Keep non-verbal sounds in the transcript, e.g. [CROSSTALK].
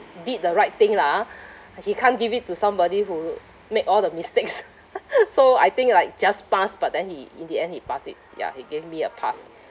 did the right thing lah ah he can't give it to somebody who make all the mistakes [LAUGHS] so I think like just passed but then he in the end he passed it ya he gave me a pass